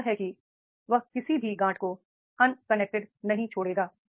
वह यह है कि वह किसी भी गाँठ को अनकनेक्टेड नहीं छोड़ेगा